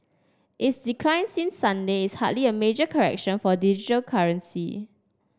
its decline since Sunday is hardly a major correction for digital currency